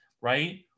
right